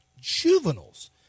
juveniles